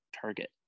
target